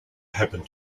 happened